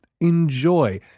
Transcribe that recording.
Enjoy